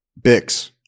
Bix